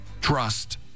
Trust